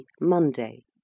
Monday